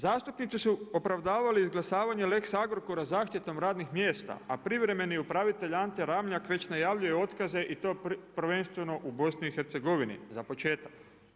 Zastupnici su opravdavali izglasavanje lex Agrokora zaštitom radnih mjesta, a privremeni upravitelj Ante Ramljak već najavljuje otkaze i to prvenstveno u BiH za početak.